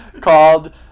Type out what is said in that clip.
Called